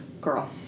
Girl